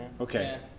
Okay